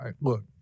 look